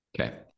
Okay